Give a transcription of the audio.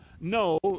No